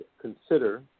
consider